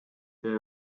teie